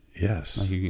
Yes